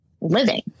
living